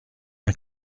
n’a